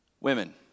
Women